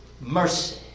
mercy